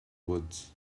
woods